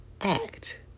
Act